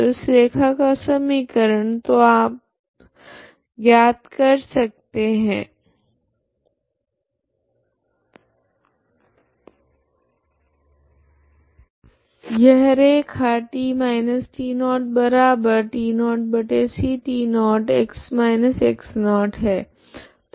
तो इस रैखा का समीकरण को आप ज्ञात करना चाहिए यह रैखा है